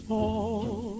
Fall